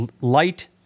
light